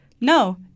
no